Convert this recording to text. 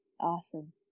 Awesome